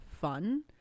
fun